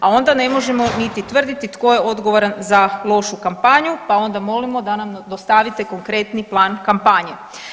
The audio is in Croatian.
A onda ne možemo niti tvrditi tko je odgovoran za lošu kampanju, pa onda molimo da nam dostavite konkretni plan kampanje.